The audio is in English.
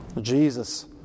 Jesus